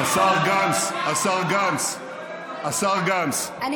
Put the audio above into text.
השר גנץ, השר גנץ, השר גנץ, אני